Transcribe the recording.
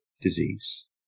disease